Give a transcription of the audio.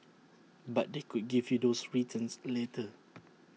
but they could give you those returns later